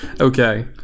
Okay